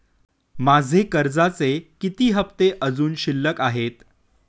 माझे कर्जाचे किती हफ्ते अजुन शिल्लक आहेत?